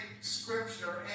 scripture